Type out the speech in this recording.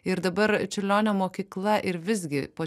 ir dabar čiurlionio mokykla ir visgi po